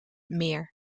meer